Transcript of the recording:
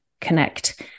connect